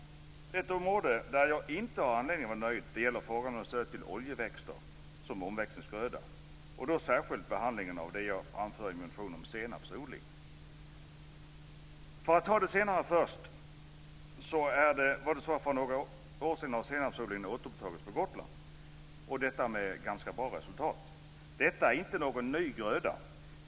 Ett område där jag inte har anledning att vara nöjd gäller stödet till oljeväxter som omväxlingsgröda. Det gäller särskilt behandlingen av det jag anför i motionen om senapsodling. För att ta det senare först var det så att för några år sedan återupptogs senapsodlingen på Gotland - detta med ganska gott resultat. Det här är inte någon ny gröda.